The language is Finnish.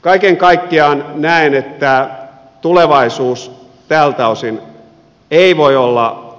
kaiken kaikkiaan näen että tulevaisuus tältä osin ei voi olla